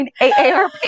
AARP